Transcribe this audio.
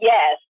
Yes